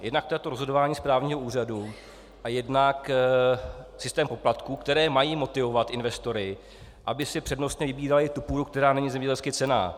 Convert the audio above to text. Jednak to je rozhodování správního úřadu a jednak systém poplatků, které mají motivovat investory, aby si přednostně vybírali tu půdu, která není zemědělsky cenná.